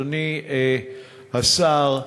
אדוני השר,